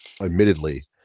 Admittedly